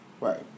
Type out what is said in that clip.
Right